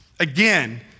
Again